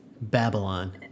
Babylon